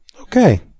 Okay